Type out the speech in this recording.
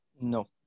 No